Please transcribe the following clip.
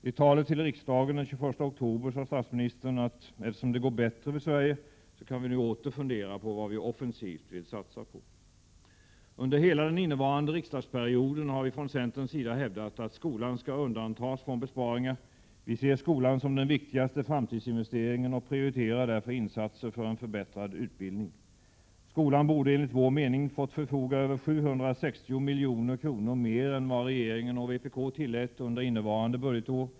I talet till riksdagen den 21 oktober sade statsministern, att ”eftersom det går bättre för Sverige, kan vi nu åter fundera på vad vi offensivt vill satsa på”. Under hela den innevarande riksdagsperioden har vi från centerns sida hävdat att skolan skall undantas från besparingar. Vi ser skolan som den viktigaste framtidsinvesteringen och prioriterar därför insatser för en förbättrad utbildning. Skolan borde, enligt vår mening, fått förfoga över 760 milj.kr. mer än vad regeringen och vpk tillät under innevarande budgetår.